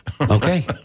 Okay